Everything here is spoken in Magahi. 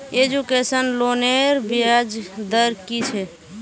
एजुकेशन लोनेर ब्याज दर कि छे?